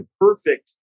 perfect